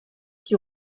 die